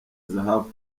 zahabu